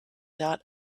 dot